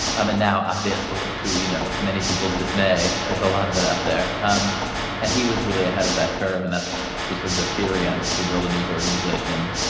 um and now, obviously, to, you know, many people's dismay, there's a lot of it out there. um and he was really ahead of that curve. and that was sort of the theory on which we build a news organization.